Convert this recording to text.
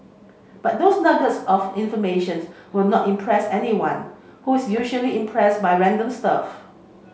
but those nuggets of information's will not impress anyone who is usually impressed by random stuff